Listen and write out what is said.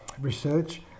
research